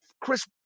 Chris